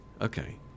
okay